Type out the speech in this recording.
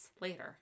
later